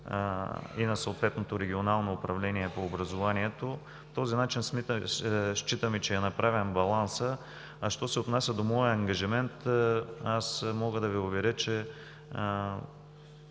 и на съответното регионално управление по образованието. Считаме, че по този начин е направен балансът. Що се отнася до моя ангажимент, мога да Ви уверя, че